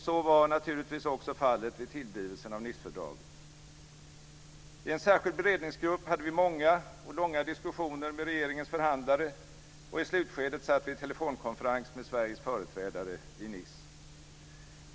Så var naturligtvis också fallet vid tillblivelsen av Nicefördraget. I en särskild beredningsgrupp hade vi många och långa diskussioner med regeringens förhandlare, och i slutskedet satt vi i telefonkonferens med Sveriges företrädare i Nice.